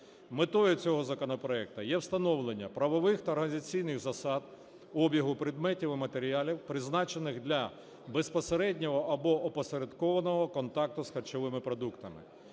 Метою цього законопроекту є встановлення правових та організаційних засад обігу предметів і матеріалів, призначених для безпосереднього або опосередкованого контакту з харчовими продуктами.